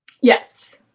Yes